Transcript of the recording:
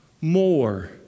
more